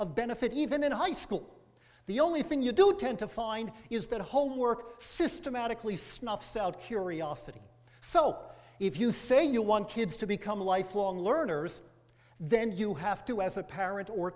of benefit even in high school the only thing you do tend to find is that homework systematically snuffs out curiosity so if you say you want kids to become lifelong learners then you have to as a parent or